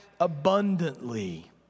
abundantly